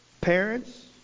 Parents